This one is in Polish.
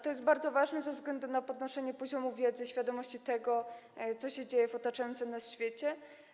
To jest bardzo ważne ze względu na podnoszenie poziomu wiedzy, świadomości tego, co się dzieje w otaczającym nas świecie.